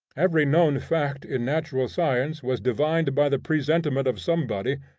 every known fact in natural science was divined by the presentiment of somebody,